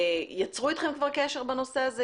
יצרו איתכם כבר קשר בנושא הזה,